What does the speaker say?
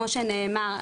כמו שנאמר,